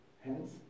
Hence